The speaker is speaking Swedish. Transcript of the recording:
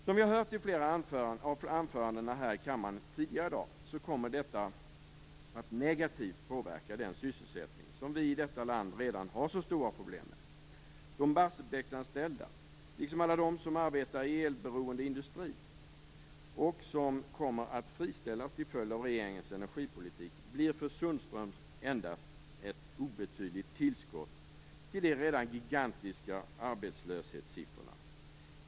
Som vi har hört i flera av anförandena i kammaren tidigare i dag, kommer detta att negativt påverka den sysselsättning som vi i detta land redan har så stora problem med. De Barsebäcksanställda, liksom alla dem som arbetar i elberoende industri och som kommer att friställas till följd av regeringens energipolitik, blir för Sundström endast ett obetydligt tillskott till de redan gigantiska arbetslöshetssiffrorna.